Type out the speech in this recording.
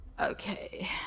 Okay